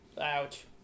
Ouch